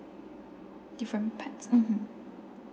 different part mmhmm